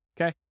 okay